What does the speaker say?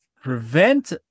prevent